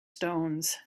stones